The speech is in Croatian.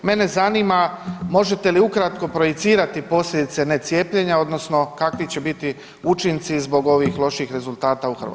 Mene zanima možete li ukratko projicirati posljedice ne cijepljenja odnosno kakvi će biti učinci zbog ovih loših rezultata u Hrvatskoj.